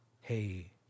hey